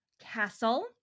castle